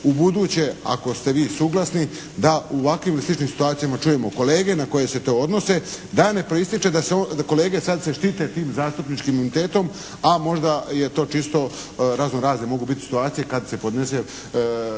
u buduće ako ste vi suglasni da u ovakvim i sličnim situacijama čujemo kolege na koje se to odnose da ne proistječe da kolege sad se štite tim zastupničkim imunitetom, a možda je to čisto razno razne mogu biti situacije kad se podnesu